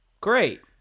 great